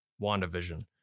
WandaVision